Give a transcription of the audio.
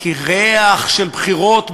כי ריח של בחירות באוויר,